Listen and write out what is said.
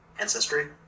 ancestry